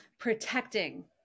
protecting